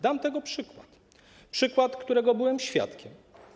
Dam tego przykład - przykład, którego byłem świadkiem.